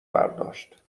برداشت